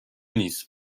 نیست